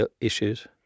issues